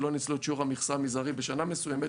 שלא ניצלו את שיעור המכסה המזערי בשנה מסוימת,